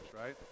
right